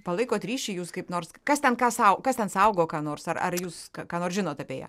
palaikot ryšį jūs kaip nors kas ten ką sau kas ten saugo ką nors ar ar jūs ką nors žinot apie ją